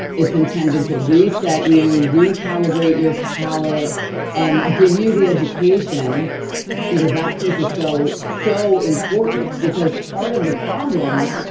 it's intended to reset you recalibrate your palette and give you the education because that piece is so so important because part of the problem,